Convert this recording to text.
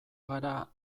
gara